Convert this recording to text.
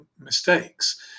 mistakes